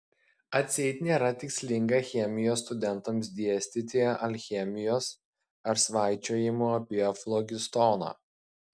atseit nėra tikslinga chemijos studentams dėstyti alchemijos ar svaičiojimų apie flogistoną